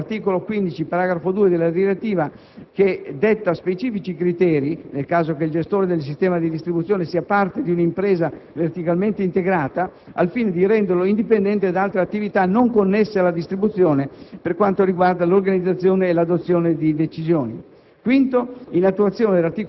2004; inattuazione dell'articolo 15, paragrafo 2, della direttiva, che detta specifici criteri, nel caso che il gestore del sistema di distribuzione sia parte di un'impresa verticalmente integrata, al fine di renderlo indipendente da altre attività non connesse alla distribuzione, per quanto riguarda l'organizzazione e l'adozione di decisioni;